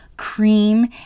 cream